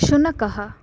शुनकः